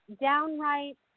downright